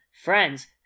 friends